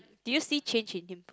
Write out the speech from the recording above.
do you see change in him first